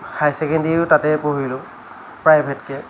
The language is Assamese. হায়াৰ চেকেণ্ডেৰিও তাতে পঢ়িলোঁ প্ৰাইভেটকৈ